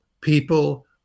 people